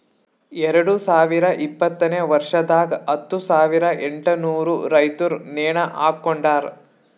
ಎರಡು ಸಾವಿರ ಇಪ್ಪತ್ತನೆ ವರ್ಷದಾಗ್ ಹತ್ತು ಸಾವಿರ ಎಂಟನೂರು ರೈತುರ್ ನೇಣ ಹಾಕೊಂಡಾರ್